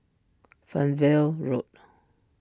Fernvale Road